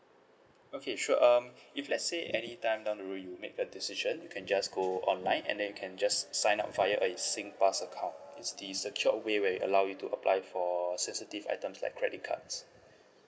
okay sure um if let's say anytime down the road you make the decision you can just go online and then you can just sign up via a singpass account it's the secured way where it allow you to apply for sensitive items like credit cards